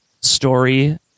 story